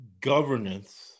governance